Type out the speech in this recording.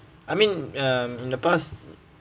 I mean um in the past